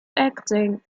acting